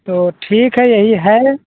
तो ठीक है यही है